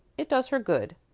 it does her good,